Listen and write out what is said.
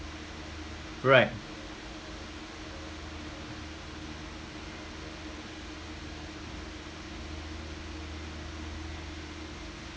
right